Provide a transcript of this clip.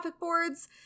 boards